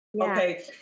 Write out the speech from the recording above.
Okay